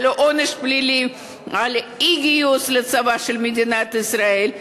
על עונש פלילי על אי-גיוס לצבא של מדינת ישראל.